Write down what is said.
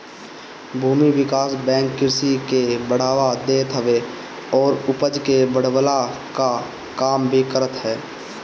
भूमि विकास बैंक कृषि के बढ़ावा देत हवे अउरी उपज के बढ़वला कअ काम भी करत हअ